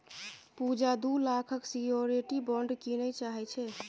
पुजा दु लाखक security bond कीनय चाहै छै